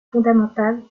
fondamental